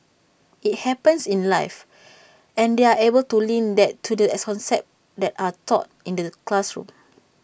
IT happens in life and they're able to link that to the concepts that are taught in the classroom